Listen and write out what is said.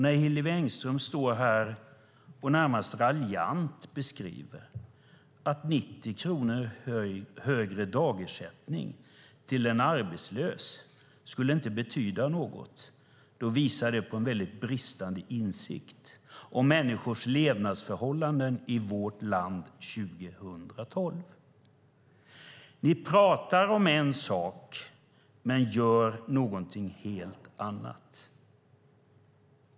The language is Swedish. När Hillevi Engström står här och närmast raljant säger att 90 kronor högre dagersättning till en arbetslös inte skulle betyda något visar det på en bristande insikt om människors levnadsförhållanden i vårt land 2012. Ni talar om en sak men gör någonting helt annat.